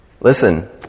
Listen